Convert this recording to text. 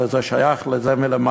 הלוא זה שייך לזה מלמעלה.